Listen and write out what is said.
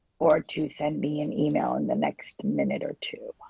or to send me an email. in the next minute or two.